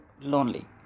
lonely